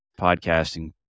podcasting